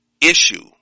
issue